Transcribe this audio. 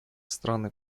страны